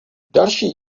další